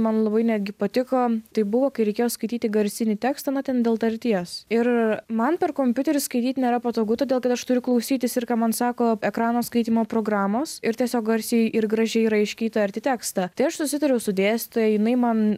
man labai netgi patiko tai buvo kai reikėjo skaityti garsinį tekstą na ten dėl tarties ir man per kompiuterį skaityt nėra patogu todėl kad aš turiu klausytis ir ką man sako ekrano skaitymo programos ir tiesiog garsiai ir gražiai raiškiai tarti tekstą tai aš susitariau su dėstytoja jinai man